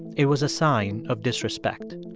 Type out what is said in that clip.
it was a sign of disrespect.